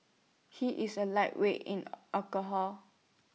he is A lightweight in alcohol